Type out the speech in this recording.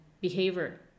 behavior